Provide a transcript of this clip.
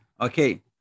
Okay